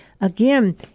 again